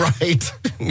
Right